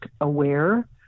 aware